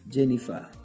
Jennifer